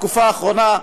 בתקופה האחרונה,